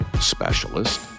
specialist